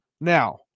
Now